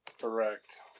Correct